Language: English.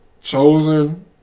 Chosen